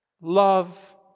Love